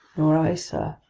nor i, sir,